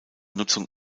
nutzung